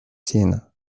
seen